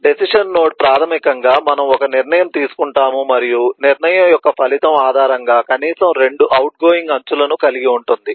decision node ప్రాథమికంగా మనము ఒక నిర్ణయం తీసుకుంటాము మరియు నిర్ణయం యొక్క ఫలితం ఆధారంగా కనీసం 2 అవుట్గోయింగ్ అంచులను కలిగి ఉంటుంది